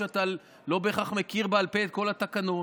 כי אתה לא בהכרח מכיר בעל פה את כל התקנון.